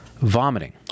vomiting